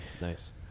Nice